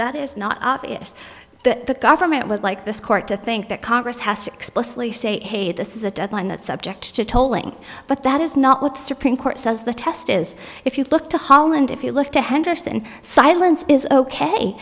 that is not obvious that the government would like this court to think that congress has to explicitly say hey this is a deadline the subject tolling but that is not what the supreme court says the test is if you look to holland if you look to henderson silence is ok